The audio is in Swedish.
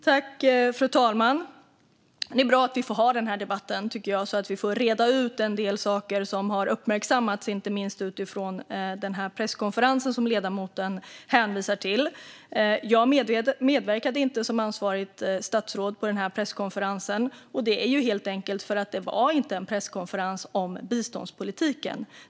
Fru talman! Det är bra att vi har den här debatten, tycker jag, så att vi får reda ut en del saker som har uppmärksammats inte minst utifrån den presskonferens som ledamoten hänvisar till. Jag medverkade inte som ansvarigt statsråd på den presskonferensen, helt enkelt för att det inte var en presskonferens om biståndspolitiken.